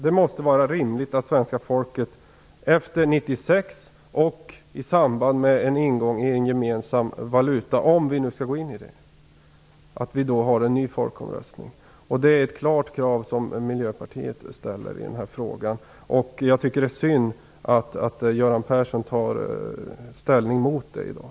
Det måste vara rimligt att svenska folket kan få delta i en ny folkomröstning efter 1996 om huruvida Sverige skall ingå i en gemensam valutaunion. Det är ett krav från Miljöpartiets sida i denna fråga. Jag tycker att det är synd att Göran Persson tar ställning emot detta i dag.